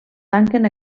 tanquen